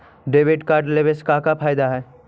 Debit card लेवे से का का फायदा है?